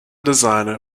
designer